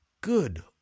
Good